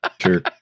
sure